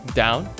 down